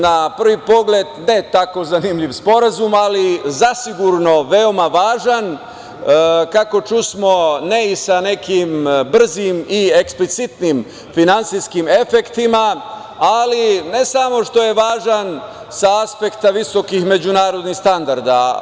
Na prvi pogled, ne tako zanimljiv sporazum, ali zasigurno veoma važan, kako čusmo, ne i sa nekim brzim i eksplicitnim finansijskim efektima, ali ne samo što je važan sa aspekta visokih međunarodnih standarda.